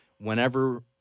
whenever